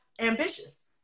Ambitious